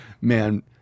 Man